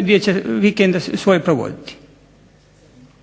gdje će svoje vikende provoditi.